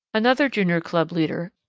another junior club leader,